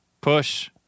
Push